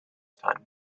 time